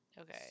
Okay